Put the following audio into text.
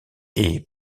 est